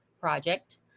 Project